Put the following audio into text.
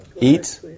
eat